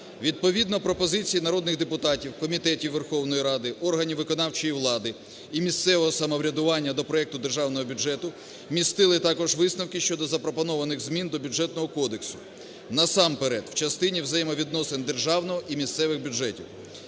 Відповідно пропозиції народних депутатів комітетів Верховної Ради, органів виконавчої влади і місцевого самоврядування до проекту державного бюджету містили також висновки щодо запропонованих змін до Бюджетного кодексу, насамперед, в частині взаємовідносин державного і місцевих бюджетів.